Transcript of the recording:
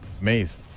amazed